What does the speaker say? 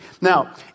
Now